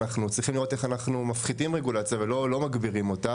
אנחנו צריכים לראות איך אנחנו מפחיתים רגולציה ולא מגבירים אותה,